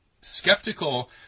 skeptical